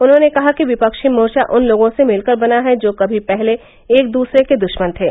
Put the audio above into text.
उन्होंने कहा कि विपक्षी मोर्चा उन लोगों से मिलकर बना है जो कभी पहले एक दूसरे के दुश्मन थे